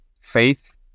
faith